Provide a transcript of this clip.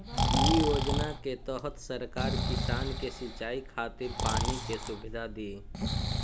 इ योजना के तहत सरकार किसान के सिंचाई खातिर पानी के सुविधा दी